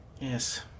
Yes